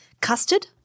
Custard